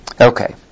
Okay